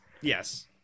Yes